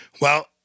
Well-